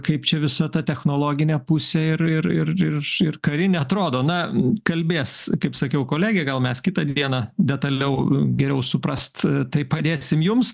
kaip čia visa ta technologinė pusė ir ir ir ir ir karinė atrodo na kalbės kaip sakiau kolegė gal mes kitą dieną detaliau geriau suprast tai padėsim jums